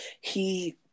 he-